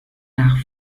nach